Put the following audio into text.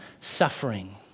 suffering